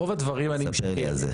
רוב הדברים אני משקר.